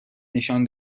نشان